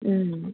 ம்